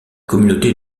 communauté